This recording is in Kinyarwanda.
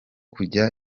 kuzajya